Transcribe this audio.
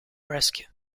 rescue